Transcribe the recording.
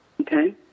okay